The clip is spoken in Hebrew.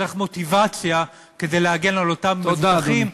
צריך מוטיבציה להגן על אותם מבוטחים,